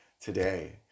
today